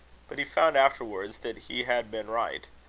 but he found afterwards that he had been right.